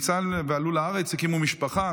הם עלו לארץ והקימו משפחה,